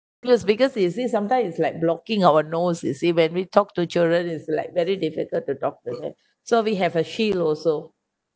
because because you see sometimes it's like blocking our nose you see when we talk to children it's like very difficult to talk to them so we have a shield also